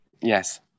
Yes